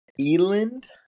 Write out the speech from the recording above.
eland